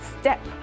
step